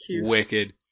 Wicked